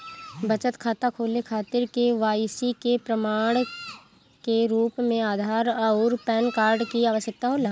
बचत खाता खोले खातिर के.वाइ.सी के प्रमाण के रूप में आधार आउर पैन कार्ड की आवश्यकता होला